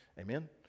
Amen